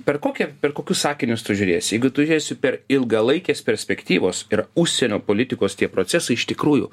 per kokią per kokius akinius tu žiūrėsi jeigu tu žiūrėsi per ilgalaikės perspektyvos ir užsienio politikos tie procesai iš tikrųjų